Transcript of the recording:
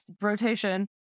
rotation